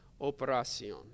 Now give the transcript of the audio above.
operación